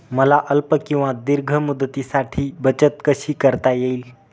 मला अल्प किंवा दीर्घ मुदतीसाठी बचत कशी करता येईल?